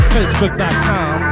Facebook.com